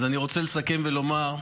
אז אני רוצה לסכם ולומר: